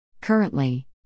Currently